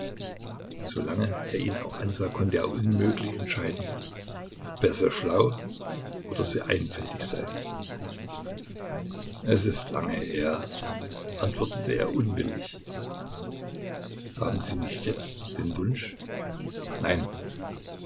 lange er ihn auch ansah konnte er unmöglich entscheiden ob er sehr schlau oder sehr einfältig sei es ist lange her antwortete er unwillig haben sie nicht jetzt den wunsch nein